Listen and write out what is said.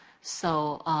so,